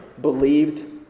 believed